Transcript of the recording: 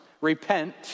Repent